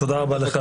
תודה רבה לך.